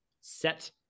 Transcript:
set